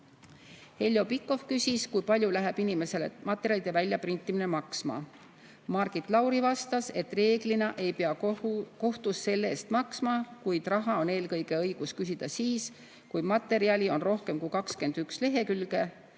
Heljo Pikhof küsis, kui palju läheb inimesele materjalide väljaprintimine maksma. Margit Lauri vastas, et reeglina ei pea kohtus selle eest maksma, kuid raha on õigus küsida eelkõige siis, kui materjali on rohkem kui 21 lehekülge